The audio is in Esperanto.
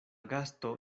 gasto